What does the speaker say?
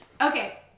okay